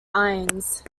irons